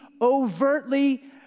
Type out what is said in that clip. overtly